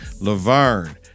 Laverne